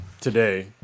today